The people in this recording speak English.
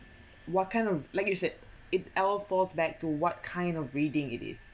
what kind of like you said it all falls back to what kind of reading it is